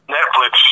Netflix